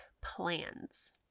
plans